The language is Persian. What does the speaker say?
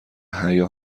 حیا